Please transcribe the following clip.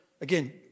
again